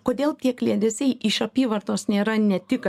kodėl tie kliedesiai iš apyvartos nėra ne tik